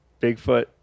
Bigfoot